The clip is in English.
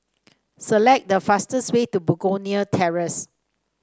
select the fastest way to Begonia Terrace